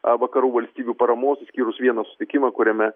vakarų valstybių paramos išskyrus vieną susitikimą kuriame